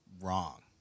wrong